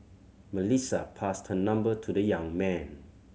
Melissa passed her number to the young man